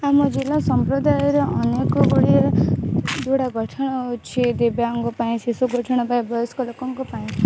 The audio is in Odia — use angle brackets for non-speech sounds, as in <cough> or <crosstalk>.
ଆମ ଜିଲ୍ଲା ସମ୍ପ୍ରଦାୟର ଅନେକ ଗୁଡ଼ିଏ <unintelligible> ଗଠନ ହେଉଛି ଦିବ୍ୟାଙ୍ଗ ପାଇଁ ଶିଶୁ <unintelligible> ପାଇଁ ବୟସ୍କ ଲୋକଙ୍କ ପାଇଁ